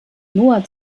noah